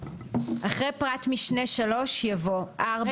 (ד) אחרי פרט משנה (3) יבוא: "(4)